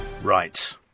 Right